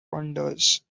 wonders